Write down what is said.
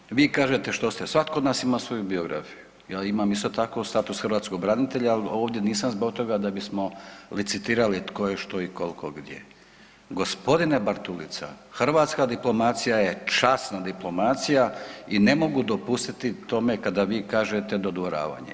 Dakle, vi kažete što ste, svatko od nas ima svoju biografiju, ja imamo isto tako status hrvatskog branitelja, ali ovdje nisam zbog toga da bismo licitirali tko je što i koliko gdje, g. Bartulica hrvatska diplomacija je časna diplomacija i ne mogu dopustiti tome kada vi kažete dodvoravanje.